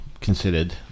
considered